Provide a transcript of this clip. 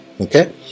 Okay